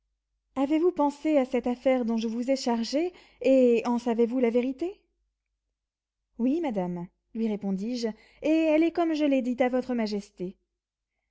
avez-vous pensé à cette affaire dont je vous ai chargé et en savez-vous la vérité oui madame lui répondis-je et elle est comme je l'ai dite à votre majesté